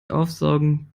aufsaugen